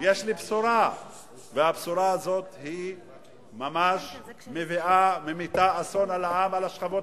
והבשורה הזאת ממש ממיטה אסון על השכבות